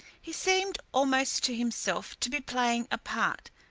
he seemed, almost to himself, to be playing a part,